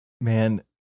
Man